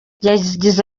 yagize